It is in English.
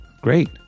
great